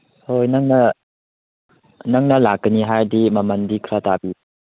ꯍꯣꯏ ꯅꯪꯅ ꯅꯪꯅ ꯂꯥꯛꯀꯅꯤ ꯍꯥꯏꯔꯗꯤ ꯃꯃꯟꯗꯤ ꯈꯔ ꯇꯥꯕꯤ